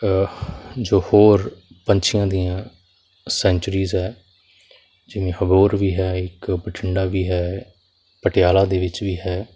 ਜੋ ਹੋਰ ਪੰਛੀਆਂ ਦੀਆਂ ਸੈਚਰੀਜ ਹੈ ਜਿਵੇਂ ਅਬੋਹਰ ਵੀ ਹੈ ਇੱਕ ਬਠਿੰਡਾ ਵੀ ਹੈ ਪਟਿਆਲਾ ਦੇ ਵਿੱਚ ਵੀ ਹੈ